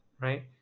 right